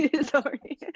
sorry